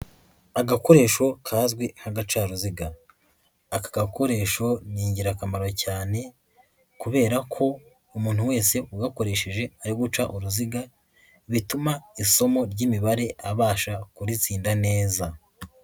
Agakoresho kazwi nk'agacaruziga, aka gakoresho ni ingirakamaro cyane kubera ko umuntu wese ugakoresheje ari guca uruziga bituma isomo ry'Imibare abasha kuritsinda neza.